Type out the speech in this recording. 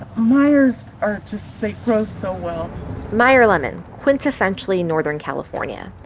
meyers are just they grow so well meyer lemon quintessentially northern california.